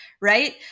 right